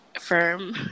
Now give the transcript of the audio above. firm